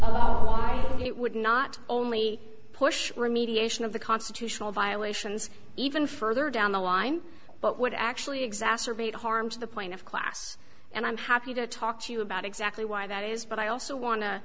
know it would not only push remediation of the constitutional violations even further down the line but would actually exacerbate harm to the point of class and i'm happy to talk to you about exactly why that is but i also wan